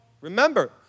Remember